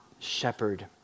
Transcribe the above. shepherd